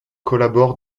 collaborent